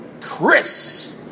Chris